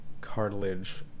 cartilage